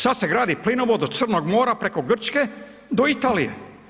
Sada se gradi plinovod od Crnog mora preko Grčke do Italije.